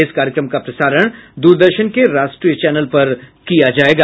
इस कार्यक्रम का प्रसारण दूरदर्शन के राष्ट्रीय चैनल पर किया जायेगा